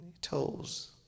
Toes